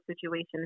situation